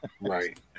Right